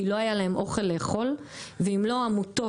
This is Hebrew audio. כי לא היה להם אוכל לאכול ואם לא עמותות